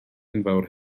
enfawr